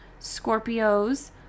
Scorpios